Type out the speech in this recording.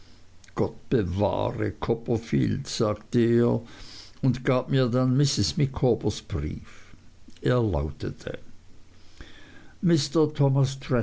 gott bewahre copperfield sagte er und gab mir dann mrs micawbers brief er lautete mr thomas